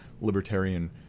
libertarian